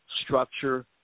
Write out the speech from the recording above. structure